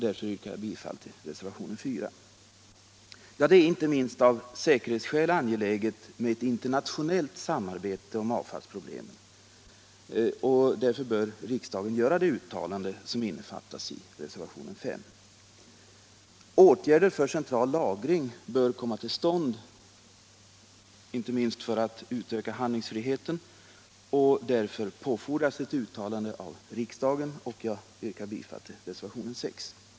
Därför yrkar jag bifall till reservationen 4. Det är — inte minst av säkerhetsskäl — angeläget med ett internationellt samarbete om avfallsproblemen. Därför bör riksdagen göra det uttalande som innefattas i reservationen 5, som jag alltså yrkar bifall till. Åtgärder för central lagring bör komma till stånd inte minst för att öka handlingsfriheten. Därför fordras ett uttalande av riksdagen, och jag yrkar bifall till reservationen 6.